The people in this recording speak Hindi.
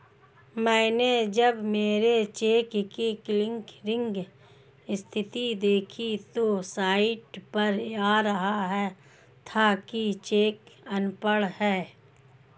मैनें जब मेरे चेक की क्लियरिंग स्थिति देखी तो साइट पर आ रहा था कि चेक अनपढ़ है